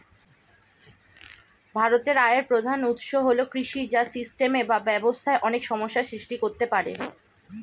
ভারতের আয়ের প্রধান উৎস হল কৃষি, যা সিস্টেমে বা ব্যবস্থায় অনেক সমস্যা সৃষ্টি করতে পারে